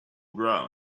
ground